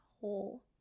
whole